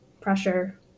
pressure